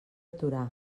torà